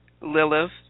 Lilith